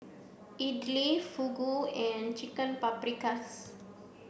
Idili Fugu and Chicken Paprikas